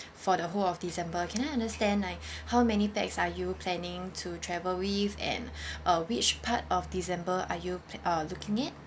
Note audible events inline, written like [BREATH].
for the whole of december can I understand like [BREATH] how many pax are you planning to travel with and [BREATH] uh which part of december are you p~ uh looking at